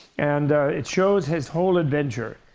and it shows his whole adventure.